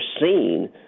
seen